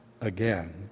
again